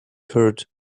curd